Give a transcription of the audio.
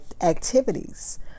activities